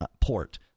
port